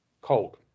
Cold